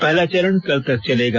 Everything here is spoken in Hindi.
पहला चरण कल तक चलेगा